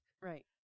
Right